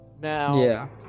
Now